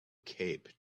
cape